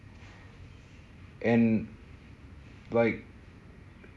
and like